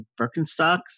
Birkenstocks